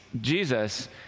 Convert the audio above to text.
Jesus